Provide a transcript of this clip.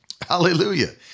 Hallelujah